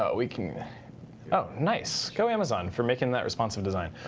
ah we can oh, nice. go amazon for making that responsive design.